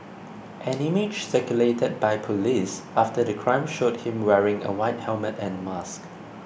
an image circulated by police after the crime showed him wearing a white helmet and a mask